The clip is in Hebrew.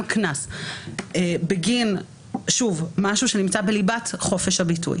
קנס בגין משהו שנמצא בליבת חופש הביטוי,